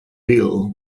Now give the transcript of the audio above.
deal